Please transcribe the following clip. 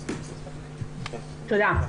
תודה.